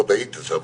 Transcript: שלום לכולכם,